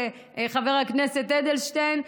חבר הכנסת אדלשטיין,